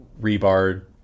rebar